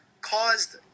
caused